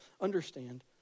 understand